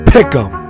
Pick'em